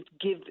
give